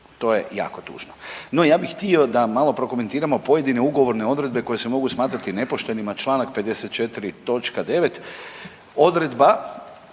to je jako tužno. No, ja bih htio da malo prokomentiramo pojedine ugovorne odredbe koje se mogu smatrati nepoštenim, čl. 54. Točka